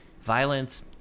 Violence